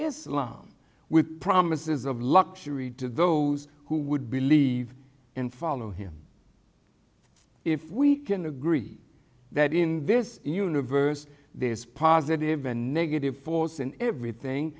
islam with promises of luxury to those who would believe and follow him if we can agree that in this universe this positive and negative force in everything